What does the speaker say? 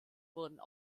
wurden